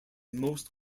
most